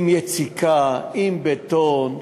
עם יציקה, עם בטון.